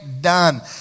done